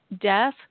death